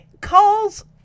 calls